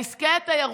עסקי התיירות,